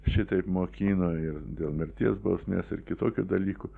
šitaip mokino ir dėl mirties bausmės ir kitokių dalykų